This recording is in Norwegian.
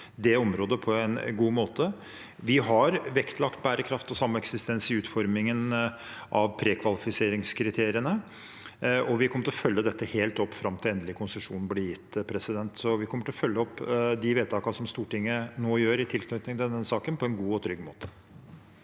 det området på en god måte. Vi har vektlagt bærekraft og sameksistens i utformingen av prekvalifiseringskriteriene, og vi kommer til å følge dette helt fram til endelig konsesjon blir gitt. Vi kommer til å følge opp de vedtakene som Stortinget nå fatter i tilknytning til denne saken, på en god og trygg måte.